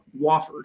wofford